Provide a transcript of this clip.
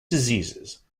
diseases